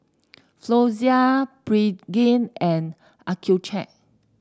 Floxia Pregain and Accucheck